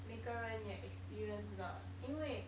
每个人也 experience 的因为